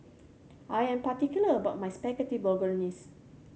I am particular about my Spaghetti Bolognese